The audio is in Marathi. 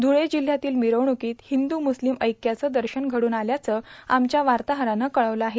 धुळे जिल्ह्यातील मिरवणुकीत हिंदु मुस्लिम ऐक्याचं दर्शन घडून आल्याचं आमच्या वार्ताहरानं कळवलं आहे